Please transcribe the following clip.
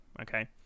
okay